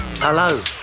Hello